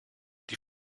die